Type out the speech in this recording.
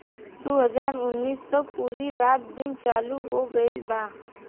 दु हाजार उन्नीस से पूरा रात दिन चालू हो गइल बा